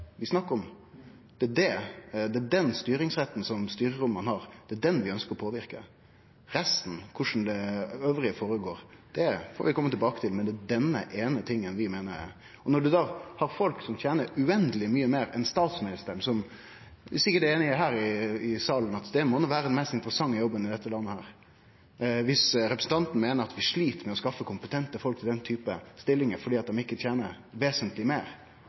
vi snakkar om, det er den styringsretten som styreromma har, det er den som vi ønskjer å påverke. Resten – korleis det andre går føre seg – får vi komme tilbake til. Men det er denne eine tingen vi meiner. Det er folk som tener uendeleg mykje meir enn statsministeren, som det sikkert er einighet om her i salen må ha den mest interessante jobben i dette landet. Dersom representanten meiner at vi slit med å få kompetente folk til den typen stillingar fordi dei ikkje tener vesentleg meir,